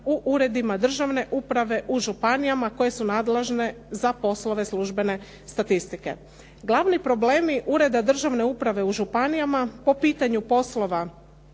u uredima državne uprave, u županijama koje su nadležne za poslove službene statistike. Glavni problemi ureda državne uprave u županijama po pitanju poslova